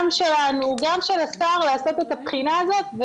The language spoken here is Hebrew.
גם שלנו, גם של השר, לעשות את הבחינה הזאת.